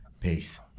Peace